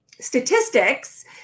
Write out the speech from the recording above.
statistics